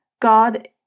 God